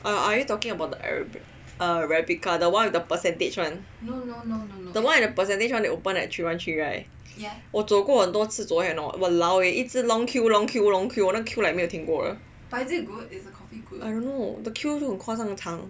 are you talking about the arab~ Arabica the one with the percentage [one] the one with the percentage [one] the one that open at three one three 我走过很多次走 and hor the queue is like long queue long queue long queue the queue like 没有停过的很夸张的长 I don't know the queue